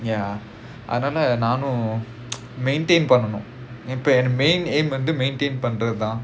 ya அதுனால நானும்:athunaala naanum maintain பண்ணனும் இப்போ என்னோட:pannanum ippo ennoda main aim வந்து:vanthu maintain பண்றது தான்:pandrathu thaan